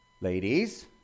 Ladies